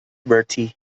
bertie